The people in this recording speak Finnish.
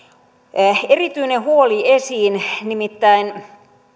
erityinen huoli esiin nimittäin